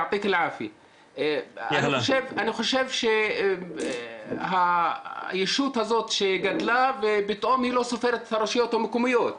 אני חושב שהישות הזאת גדלה ופתאום היא לא סופרת את הרשויות המקומיות,